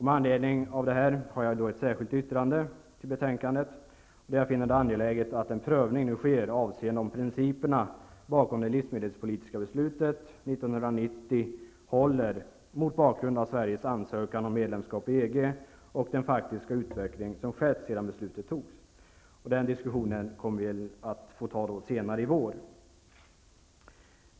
Med anledning av detta har jag ett särskilt yttrande fogat till betänkandet, där jag finner det angeläget att en prövning sker om principerna bakom det livsmedelspolitiska beslutet 1990 håller mot bakgrund av Sveriges ansökan om medlemskap i EG och den faktiska utveckling som skett sedan beslutet fattades. Den diskussionen får vi ta senare i vår.